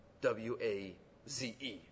W-A-Z-E